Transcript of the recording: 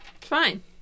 fine